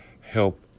help